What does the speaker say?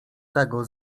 tego